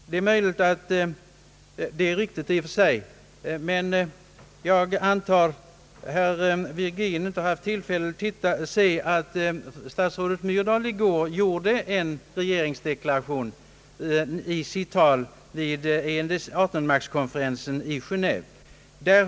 Detta är riktigt i och för sig, men kanske herr Virgin inte haft tillfälle att se att statsrådet Myrdal i går gjorde en regeringsdeklaration i sitt tal vid Artonmaktskonferensen i Geneve.